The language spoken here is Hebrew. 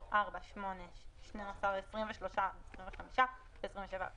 סדר היום הצעת